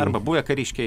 arba buvę kariškiai